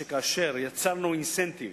שכאשר יצרנו אינסנטיב